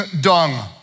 dung